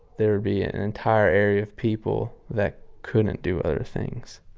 there would be an entire area of people that couldn't do other things.